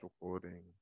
recording